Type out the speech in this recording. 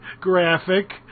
graphic